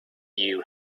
you